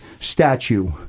statue